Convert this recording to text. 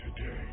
today